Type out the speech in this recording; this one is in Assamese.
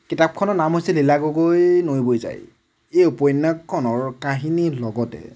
কিতাপখনৰ নাম হৈছে লীলা গগৈৰ নৈ বৈ যায় এই উপন্যাসখনৰ কাহিনীৰ লগতে